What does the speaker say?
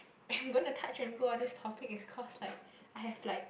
am going to touch and go on this topic is cause like I have like